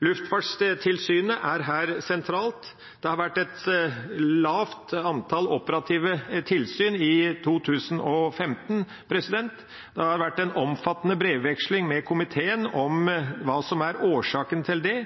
Luftfartstilsynet er her sentralt. Det har vært et lavt antall operative tilsyn i 2015. Det har vært en omfattende brevveksling med komiteen om hva som er årsaken til det,